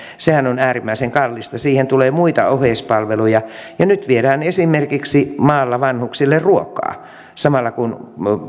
on äärimmäisen kallista niin siihen tulee muita oheispalveluja ja nyt viedään esimerkiksi maalla vanhuksille ruokaa samalla kun